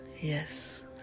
Yes